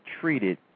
treated